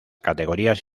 categorías